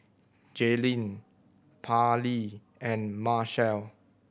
Jaylene Parlee and Marshall